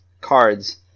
cards